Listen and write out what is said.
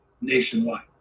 nationwide